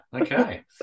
okay